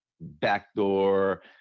Backdoor